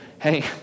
hey